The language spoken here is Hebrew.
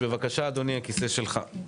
בבקשה, אדוני, הכיסא שלך.